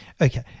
Okay